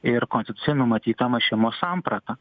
ir konstitucijoj numatytą šeimos sampratą